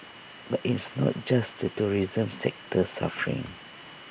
but it's not just the tourism sector suffering